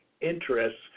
interests